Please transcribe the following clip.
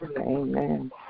Amen